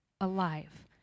alive